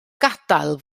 gadael